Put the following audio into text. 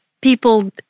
people